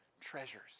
treasures